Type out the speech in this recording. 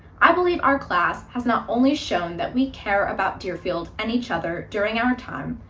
i believe our class has not only shown that we care about deerfield and each other during our time,